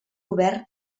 govern